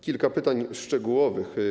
Kilka pytań szczegółowych.